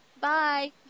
Bye